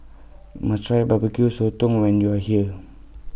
YOU must Try B B Q Sotong when YOU Are here